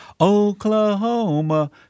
Oklahoma